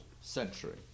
century